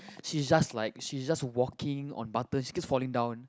she is just like she is just walking on butter she keeps falling down